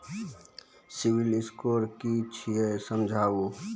Civil score कि छियै समझाऊ?